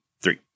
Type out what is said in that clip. three